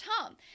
Tom